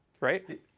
right